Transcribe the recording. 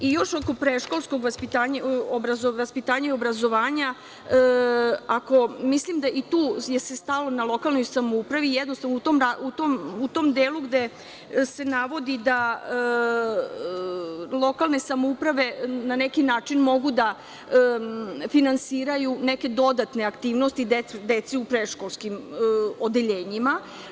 Još oko predškolskog vaspitanja i obrazovanja, ako mislim da se i tu stalo na lokalnoj samoupravi, jednostavno u tom delu gde se navodi da lokalne samouprave na neki način mogu da finansiraju neke dodatne aktivnosti deci u predškolskim odeljenjima.